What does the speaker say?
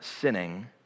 sinning